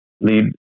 lead